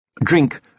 Drink